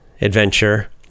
adventure